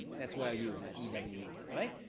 that's y o u, not e w e, by the way.